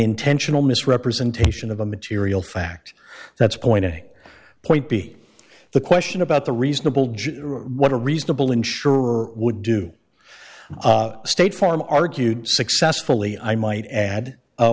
intentional misrepresentation of a material fact that's pointing point b the question about the reasonable judge what a reasonable insurer would do state farm argued successfully i might add